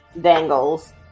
dangles